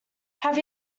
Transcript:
have